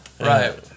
Right